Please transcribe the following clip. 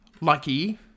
lucky